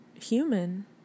human